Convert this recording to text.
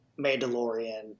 Mandalorian